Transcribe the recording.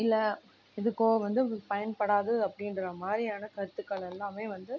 இல்லை இதுக்கோ வந்து பயன்படாது அப்படின்ற மாதிரியான கருத்துக்கள் எல்லாமே வந்து